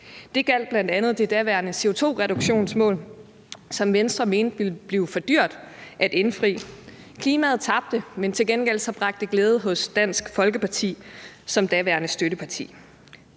Det gjaldt bl.a. det daværende CO2-reduktionsmål, som Venstre mente ville blive for dyrt at indfri. Klimaet tabte, men til gengæld bragte det glæde hos Dansk Folkeparti som daværende støtteparti.